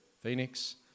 Phoenix